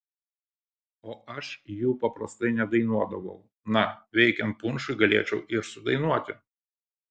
o aš jų paprastai nedainuodavau na veikiant punšui galėčiau ir sudainuoti